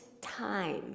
time